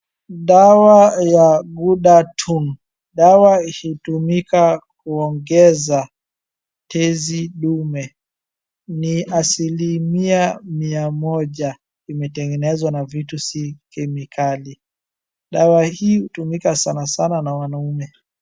Dawa ya GHUDATUM ,dawa hutumika kuogeza tezi ndume. Ni asilimia mia moja imetengezewa na vitu si kemakari. Dawa hii hutumika sana sana wanaume.